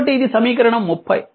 కాబట్టి ఇది సమీకరణం 30